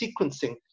sequencing